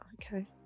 Okay